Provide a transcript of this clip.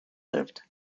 lived